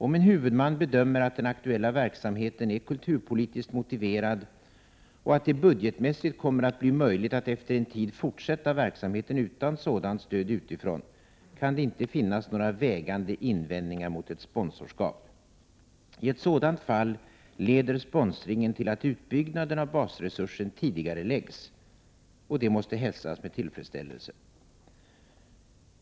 Om en huvudman bedömer att den aktuella verksamheten är kulturpolitiskt motiverad och att det budgetmässigt kommer att bli möjligt att efter en tid fortsätta verksamheten utan sådant stöd utifrån, kan det inte finnas några vägande invändningar mot ett sponsorskap. I ett sådant fall leder sponsringen till att utbyggnaden av basresursen tidigareläggs, vilket måste hälsas med tillfredsställelse.